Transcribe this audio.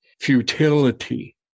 futility